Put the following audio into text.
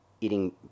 eating